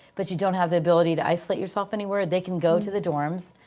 but you don't have the ability to isolate yourself anywhere, they can go to the dorms.